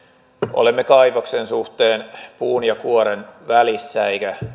olemme kaivoksen suhteen puun ja kuoren välissä eikä